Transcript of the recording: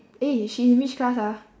eh she in which class ah